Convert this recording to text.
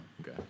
Okay